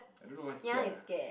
I don't know what's Kia